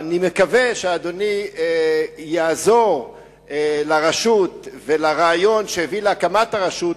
אני מקווה שאדוני יעזור לרשות ולרעיון שהביא להקמת הרשות,